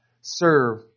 serve